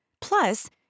Plus